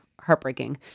heartbreaking